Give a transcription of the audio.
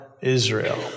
Israel